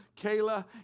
Kayla